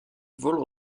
volent